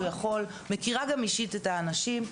יכול ואני גם מכירה את האנשים באופן אישי,